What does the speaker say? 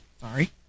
sorry